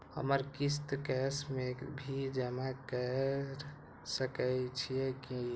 हमर किस्त कैश में भी जमा कैर सकै छीयै की?